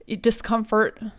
discomfort